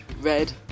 red